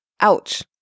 ouch